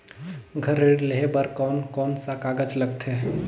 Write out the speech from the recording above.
घर ऋण लेहे बार कोन कोन सा कागज लगथे?